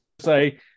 say